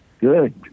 good